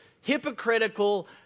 hypocritical